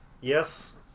Yes